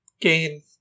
gain